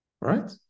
Right